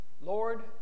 Lord